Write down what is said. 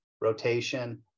rotation